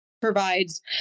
provides